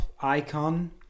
icon